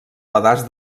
pedaç